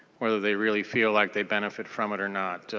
whether they really feel like they benefit from it or not.